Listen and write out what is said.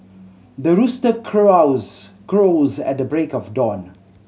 the rooster crows at the break of dawn